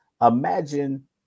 Imagine